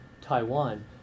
Taiwan